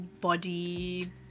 body